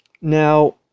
Now